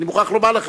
אני מוכרח לומר לך,